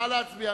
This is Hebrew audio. נא להצביע.